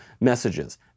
messages